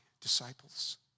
disciples